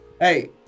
Hey